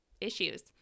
issues